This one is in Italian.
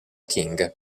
king